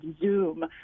Zoom